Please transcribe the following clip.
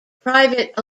private